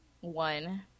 one